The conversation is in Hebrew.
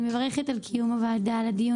אני מברכת על קיום דיון הוועדה.